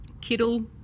Kittle